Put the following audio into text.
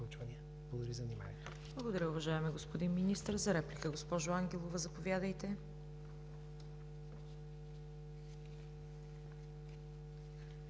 Благодаря, уважаеми господин Министър. За реплика, госпожо Ангелова, заповядайте.